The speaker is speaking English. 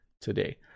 today